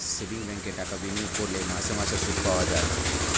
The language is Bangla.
সেভিংস ব্যাঙ্কে টাকা বিনিয়োগ করলে মাসে মাসে সুদ পাওয়া যায়